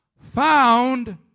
found